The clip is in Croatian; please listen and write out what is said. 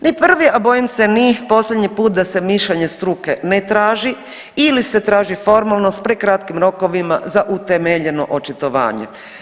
Ni prvi, a bojim se ni posljednji put da se mišljenje struke ne traži ili se traži formalno s prekratkim rokovima za utemeljeno očitovanje.